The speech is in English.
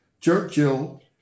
Churchill